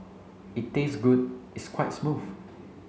it tastes good it's quite smooth